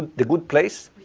the good place?